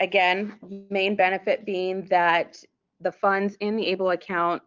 again the main benefit being that the funds in the able account